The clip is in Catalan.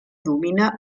domina